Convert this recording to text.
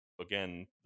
again